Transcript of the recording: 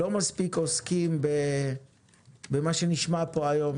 לא מספיק עוסקים במה שנשמע פה היום,